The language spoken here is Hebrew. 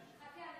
חכה,